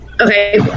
Okay